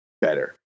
better